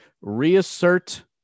reassert